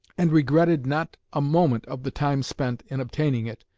and regretted not a moment of the time spent in obtaining it,